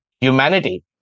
humanity